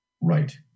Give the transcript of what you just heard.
Right